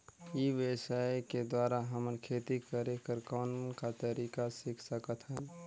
ई व्यवसाय के द्वारा हमन खेती करे कर कौन का तरीका सीख सकत हन?